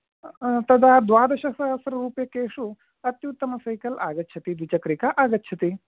तदा द्वादशसहस्ररूप्यकेषु अत्युत्तम सैकल् आगच्छति द्विचक्रिका आगच्छति